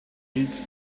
reads